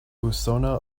usona